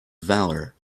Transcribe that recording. valour